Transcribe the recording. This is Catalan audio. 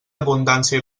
abundància